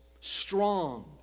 strong